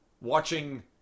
Watching